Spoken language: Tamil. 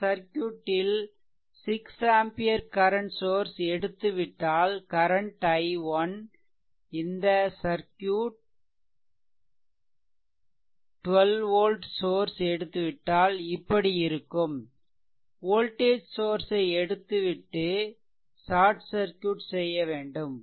இந்த சர்க்யூட்டில் 6 ஆம்பியர் கரன்ட் சோர்ஸ் எடுத்துவிட்டால் கரன்ட் i1 இந்த சர்க்யூட் 12 வோல்ட் சோர்ஸ் எடுத்துவிட்டால் இப்படி இருக்கும்வோல்டேஜ் சோர்ஸ் எடுத்துவிட்டு சார்ட் சர்க்யூட் செய்ய வேண்டும்